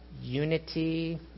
unity